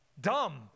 dumb